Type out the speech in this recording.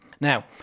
now